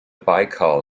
baikal